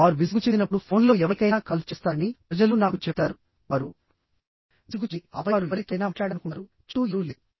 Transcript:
వారు విసుగు చెందినప్పుడు ఫోన్లో ఎవరికైనా కాల్ చేస్తారని ప్రజలు నాకు చెప్తారు వారు విసుగు చెందిఆపై వారు ఎవరితోనైనా మాట్లాడాలనుకుంటారు చుట్టూ ఎవరూ లేరు